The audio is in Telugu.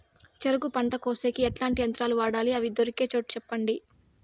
చెరుకు పంట కోసేకి ఎట్లాంటి యంత్రాలు వాడాలి? అవి దొరికే చోటు చెప్పండి?